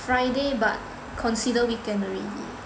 Friday but consider weekend already